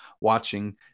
watching